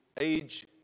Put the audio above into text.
Age